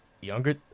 Younger